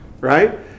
right